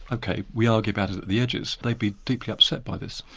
ok, we argue about it at the edges, they'd be deeply upset by this.